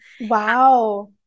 Wow